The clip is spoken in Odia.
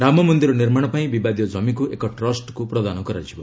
ରାମମନ୍ଦିର ନିର୍ମାଣ ପାଇଁ ବିବାଦୀୟ ଜମିକୁ ଏକ ଟ୍ରଷ୍ଟକୁ ପ୍ରଦାନ କରାଯିବ